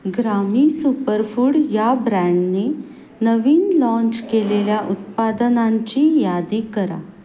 ग्रामी सुपरफूड या ब्रँडने नवीन लाँच केलेल्या उत्पादनांची यादी करा